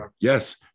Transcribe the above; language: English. Yes